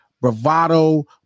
bravado